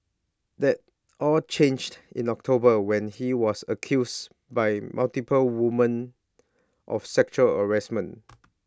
that all changed in October when he was accused by multiple women of sexual harassment